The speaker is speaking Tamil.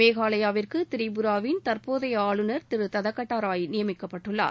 மேகாலயாவிற்கு திரிபுராவின் தற்போதைய ஆளுநர் திரு தத்தாகட்டா ராய் நியமிக்கப்பட்டுள்ளார்